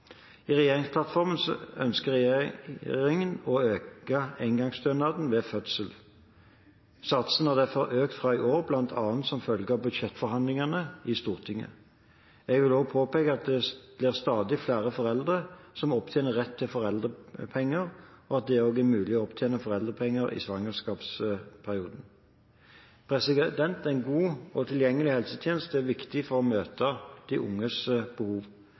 I regjeringsplattformen ønsker regjeringen å øke engangsstønaden ved fødsel. Satsene har derfor økt fra i år, bl.a. som følge av budsjettforhandlingene i Stortinget. Jeg vil også påpeke at det blir stadig flere foreldre som opptjener rett til foreldrepenger, og at det også er mulig å opptjene foreldrepenger i svangerskapsperioden. En god og tilgjengelig helsetjeneste er viktig for å møte de unges behov.